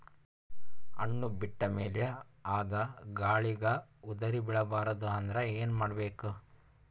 ಹಣ್ಣು ಬಿಟ್ಟ ಮೇಲೆ ಅದ ಗಾಳಿಗ ಉದರಿಬೀಳಬಾರದು ಅಂದ್ರ ಏನ ಮಾಡಬೇಕು?